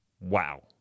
Wow